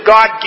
God